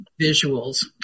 visuals